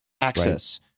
access